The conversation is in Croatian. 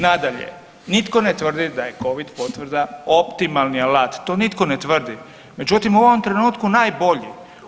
Nadalje, nitko ne tvrdi da je Covid potvrda optimalni alat, to nitko ne tvrdi, međutim u ovom trenutku najbolji.